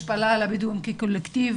השפלה לבדואים כקולקטיב